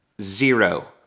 Zero